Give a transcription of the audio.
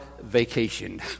vacation